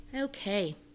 Okay